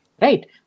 Right